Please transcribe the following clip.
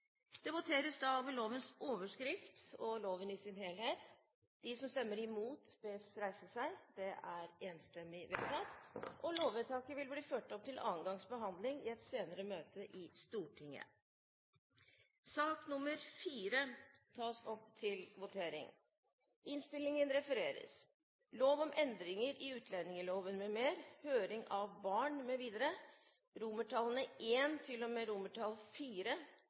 Det voteres over lovens overskrift og loven i sin helhet. Presidenten regner med at Fremskrittspartiet vil stemme imot. – Det nikkes. Lovvedtaket vil bli ført opp til annen gangs behandling i et senere møte i Stortinget.